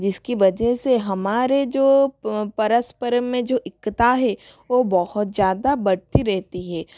जिसकी वजह से हमारे जो परस्परम में जो एकता है वो बहुत ज़्यादा बढ़ती रेहती है